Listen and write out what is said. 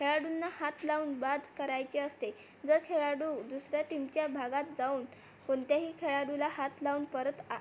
खेळाडूंना हात लावून बाद करायचे असते जर खेळाडू दुसऱ्या टीमच्या भागात जाऊन कोणत्याही खेळाडूला हात लावून परत आ